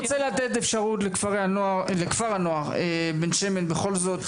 אני רוצה לתת אפשרות לכפר הנוער בן שמן בכל זאת,